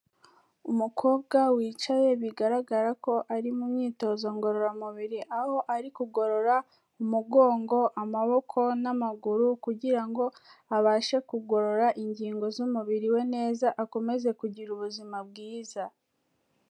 Umukobwa wicaye bigaragara ko ari mu myitozo ngororamubiri, aho ari kugorora umugongo, amaboko n'amaguru kugira ngo abashe kugorora ingingo z'umubiri we neza akomeze kugira ubuzima bwiza.